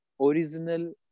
original